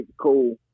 cool